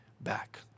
back